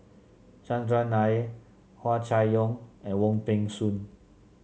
Chandran Nair Hua Chai Yong and Wong Peng Soon